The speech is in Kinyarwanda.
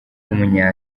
w’umunya